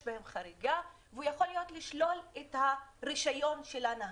יש בהם חריגה והוא יכול לשלול את הרישיון של הנהג.